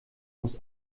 muss